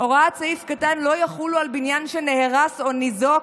"הוראות סעיף קטן לא יחולו על בניין שנהרס או ניזוק,